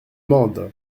mende